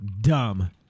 dumb